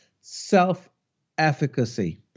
self-efficacy